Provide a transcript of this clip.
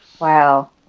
Wow